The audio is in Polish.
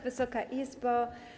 Wysoka Izbo!